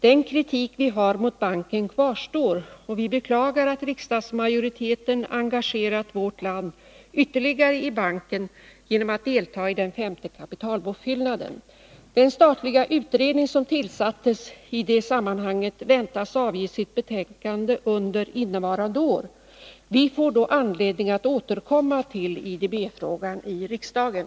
Den kritik vi har mot banken kvarstår, och vi beklagar att riksdagsmajoriteten engagerat vårt land ytterligare i banken genom att delta i den femte kapitalpåfyllnaden. Den statliga utredning som tillsattes i det sammanhanget väntas avge sitt betänkande under innevarande år. Vi får då anledning att återkomma till IDB-frågan i riksdagen.”